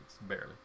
barely